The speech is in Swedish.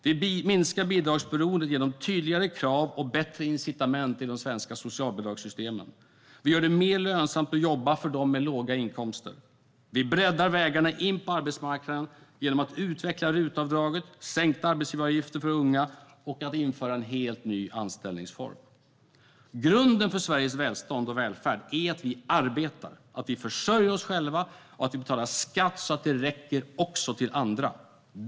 Vi minskar bidragsberoendet genom tydligare krav och bättre incitament i de svenska socialbidragssystemen. Vi gör det mer lönsamt att jobba för dem med låga inkomster. Vi breddar vägarna in på arbetsmarknaden genom att utveckla RUT-avdraget, sänka arbetsgivaravgifterna för unga och införa en helt ny anställningsform. Grunden för Sveriges välstånd och välfärd är att vi arbetar, att vi försörjer oss själva och att vi betalar skatt så att det räcker också till andra.